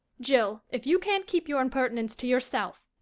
jill, if you can't keep your impertinence to yourself